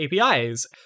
APIs